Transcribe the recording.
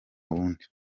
wundi